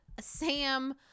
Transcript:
Sam